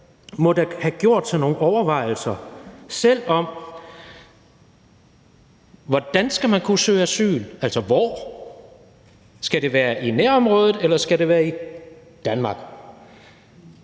må da selv have gjort sig nogle overvejelser om, hvordan man skal kunne søge asyl, altså hvor. Skal det være i nærområdet, eller skal det være i Danmark?